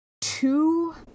two